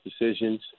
decisions